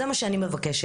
זה מה שאני מבקשת,